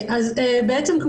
אבל זה מעט מאוד אנשים